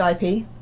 IP